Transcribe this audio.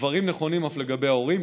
הדברים נכונים אף לגבי ההורים.